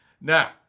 Now